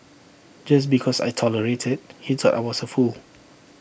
just because I tolerated he thought I was A fool